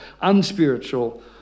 unspiritual